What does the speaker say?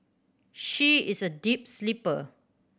she is a deep sleeper